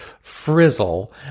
Frizzle